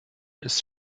ist